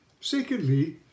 Secondly